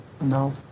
No